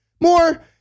more